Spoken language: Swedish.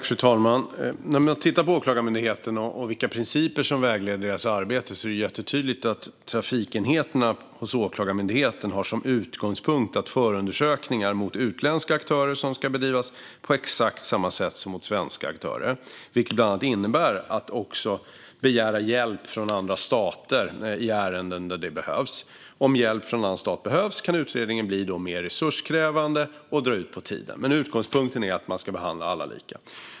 Fru talman! När man tittar på Åklagarmyndigheten och vilka principer som vägleder deras arbete är det jättetydligt att trafikenheterna hos Åklagarmyndigheten har som utgångspunkt att förundersökningar mot utländska aktörer ska bedrivas på exakt samma sätt som mot svenska aktörer. Det innebär bland annat att också begära hjälp från andra stater i ärenden där det behövs. Om hjälp från annan stat behövs kan utredningen bli mer resurskrävande och dra ut på tiden, men utgångspunkten är att man ska behandla alla lika.